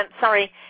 Sorry